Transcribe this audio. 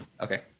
Okay